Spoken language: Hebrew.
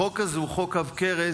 החוק הזה הוא חוק עב כרס,